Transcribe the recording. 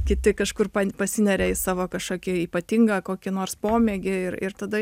kiti kažkur pasineria į savo kažkokį ypatingą kokį nors pomėgį ir ir tada